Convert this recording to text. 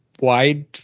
wide